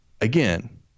Again